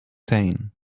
saying